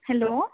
hello